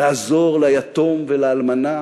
לעזור ליתום ולאלמנה